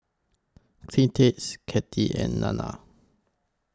Cletus Cathy and Nana